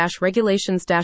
regulations